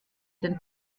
den